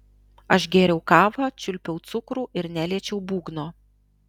aš gėriau kavą čiulpiau cukrų ir neliečiau būgno